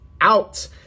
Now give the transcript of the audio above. out